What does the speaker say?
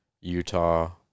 Utah